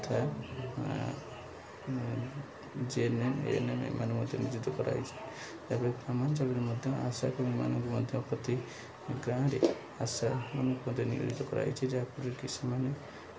ତଥା GNM ANM ଏମାନଙ୍କୁ ମଧ୍ୟ ନିୟୋଜିତ କରାଯାଇଛି ଯାଫଳରେ ଗ୍ରାମାଞ୍ଚଳରେ ମଧ୍ୟ ଆଶାକୁମାନଙ୍କୁ ମଧ୍ୟ ପ୍ରତି ଗାଁରେ ଆଶାମାନଙ୍କୁ ମଧ୍ୟ ନିୟୋଜିତ କରାଯାଇଛିି ଯାହାଫଳରେ କି ସେମାନେ